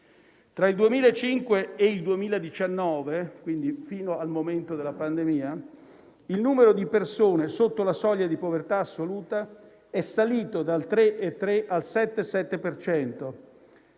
Tra il 2005 e il 2019 (quindi fino al momento della pandemia) il numero di persone sotto la soglia di povertà assoluta è salito dal 3,3 al 7,7